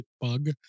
bug